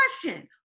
Question